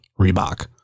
Reebok